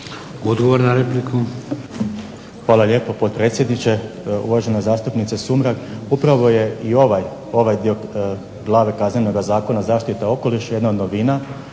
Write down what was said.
Odgovor na repliku.